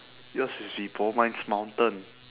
yours is vepo mine's mountain